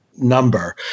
number